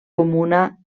comuna